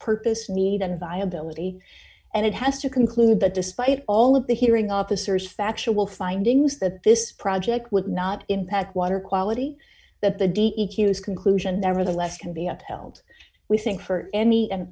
purpose need that viability and it has to conclude that despite all of the hearing officers factual findings that this project would not impact water quality that the d e q is conclusion nevertheless can be upheld we think for any and